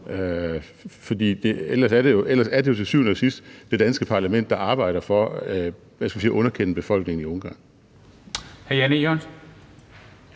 ellers er det jo til syvende og sidst det danske parlament, der arbejder for, hvad skal vi sige, at underkende befolkningen i Ungarn.